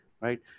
Right